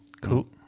Cool